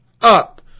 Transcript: up